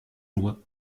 loin